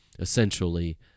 essentially